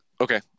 Okay